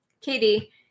Katie